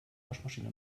waschmaschine